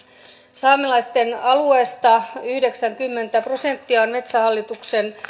saamelaisten alueesta yhdeksänkymmentä prosenttia on metsähallituksen